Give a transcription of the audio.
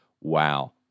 wow